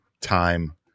time